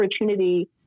opportunity